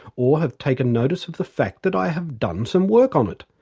or have taken notice of the fact that i have done some work on it.